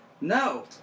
no